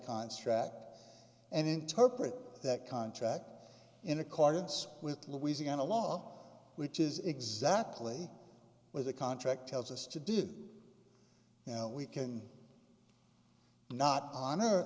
contract and interpret that contract in accordance with louisiana law which is exactly where the contract tells us to do you know we can not honor